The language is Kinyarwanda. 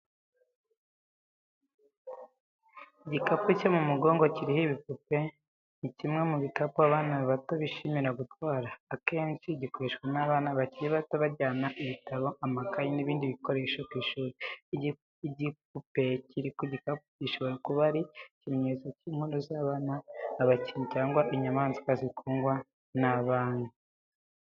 Igikapu cyo mu mugongo kiriho igipupe, ni kimwe mu bikapu abana bato bishimira gutwara. Akenshi gikoreshwa n'abana bakiri bato bajyana ibitabo, amakayi n'ibindi bikoresho ku ishuri. Igipupe kiri ku gikapu gishobora kuba ari ikimenyetso cy'inkuru z'abana, umukinnyi cyangwa inyamaswa zikundwa n'abana.